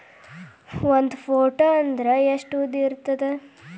ಒಂದು ಫೂಟ್ ಅಂದ್ರೆ ಎಷ್ಟು ಉದ್ದ ಇರುತ್ತದ?